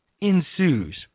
ensues